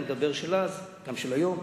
אני מדבר על עבר הירדן של אז, וגם של היום.